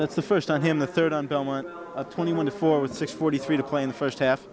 that's the first on him the third on belmont a twenty one to four with six forty three to play in the first half